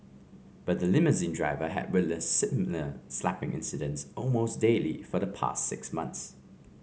but the limousine driver had witnessed similar slapping incidents almost daily for the past six months